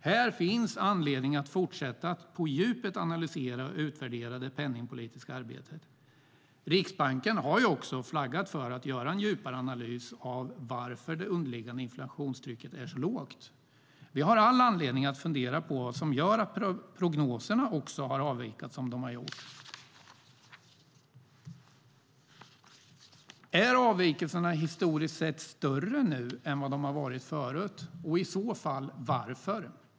Här finns anledning att fortsätta att på djupet analysera och utvärdera det penningpolitiska arbetet. Riksbanken har också flaggat för att göra en djupare analys av varför det underliggande inflationstrycket är så lågt. Vi har all anledning att fundera på vad som gör att prognoserna också avvikit som de gjort. Är avvikelserna historiskt sett större nu än vad de varit förut? I så fall varför?